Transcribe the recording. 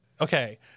okay